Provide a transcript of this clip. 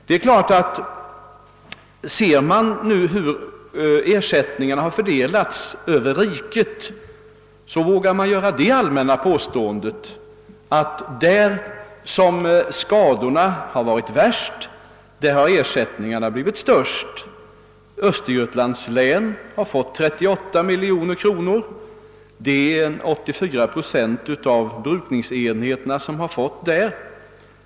Ser man efter hur ersättningen har fördelats över riket vågar man göra det allmänna påståendet att där skadorna har varit värst har ersättningarna blivit störst. Östergötlands län har fått 38 miljoner kronor; 84 procent av brukningsenheterna har där erhållit ersättning.